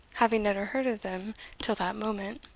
having never heard of them till that moment.